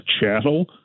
chattel